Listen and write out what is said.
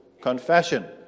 confession